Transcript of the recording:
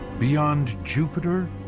beyond jupiter,